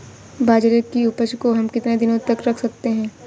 बाजरे की उपज को हम कितने दिनों तक रख सकते हैं?